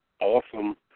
awesome